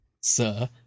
Sir